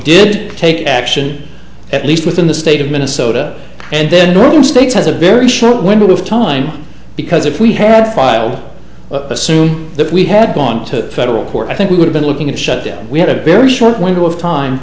did take action at least within the state of minnesota and then during states has a very short window of time because if we had filed assume that we had gone to federal court i think we would've been looking to shut down we had a very short window of time